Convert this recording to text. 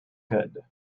good